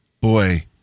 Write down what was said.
boy